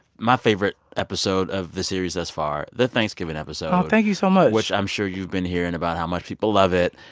my favorite episode of the series thus far, the thanksgiving episode. oh, thank you so much. which i'm sure you've been hearing about how much people love it.